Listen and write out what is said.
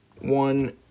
one